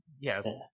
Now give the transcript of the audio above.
Yes